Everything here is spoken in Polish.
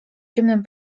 ciemnym